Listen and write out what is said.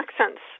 accents